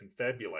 confabulate